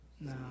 no